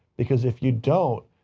because if you don't,